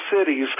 cities